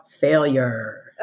failure